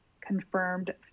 confirmed